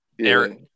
Aaron